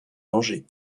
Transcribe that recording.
danger